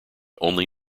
only